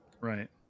right